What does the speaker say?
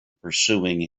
pursuing